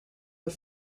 but